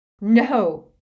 No